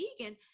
vegan